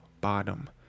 bottom